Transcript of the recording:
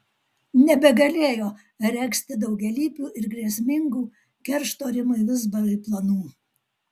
nebegalėjo regzti daugialypių ir grėsmingų keršto rimui vizbarai planų